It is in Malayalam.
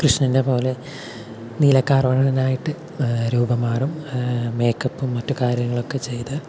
കൃഷ്ണൻ്റെ പോലെ നീല കാർവർണ്ണനായിട്ട് രൂപം മാറും മേക്കപ്പും മറ്റു കാര്യങ്ങളും ഒക്കെ ചെയ്ത്